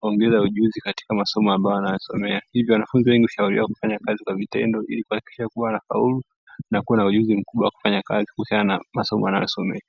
kuongeza ujuzi katika masomo wanayoyasomea, wanafunzi wanashauliwa kufanya kazi kwa vitendo ili kuhakikisha kuwa wanafaulu na kuwa na ujuzi mkubwa kuhusina na masomo wanayoyasomea.